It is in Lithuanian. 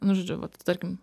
nu žodžiu vat tarkim